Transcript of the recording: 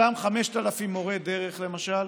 אותם 5,000 מורי דרך, למשל,